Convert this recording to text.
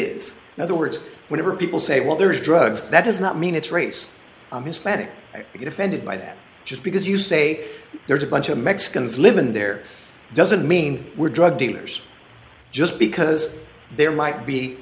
now the words whenever people say well there is drugs that does not mean it's race i'm hispanic you get offended by that just because you say there's a bunch of mexicans live in there doesn't mean we're drug dealers just because there might be